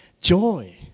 joy